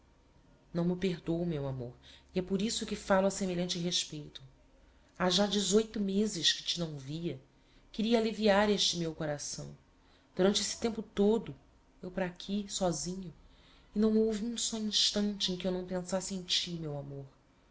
não m'o perdôo meu amor e é por isso que falo a semelhante respeito ha já dezoito mêses que te não via queria alliviar este meu coração durante esse tempo todo eu para aqui sósinho e não houve um só instante em que eu não pensasse em ti meu amor